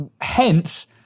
Hence